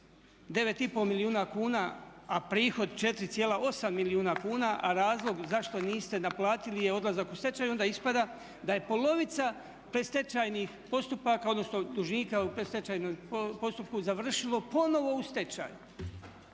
9,5 milijuna kuna a prihod 4,8 milijuna kuna, a razlog zašto niste naplatili je dolazak u stečaj onda ispada da je polovica predstečajnih postupaka odnosno dužnika u predstečajnom postupku završilo ponovno u stečaju.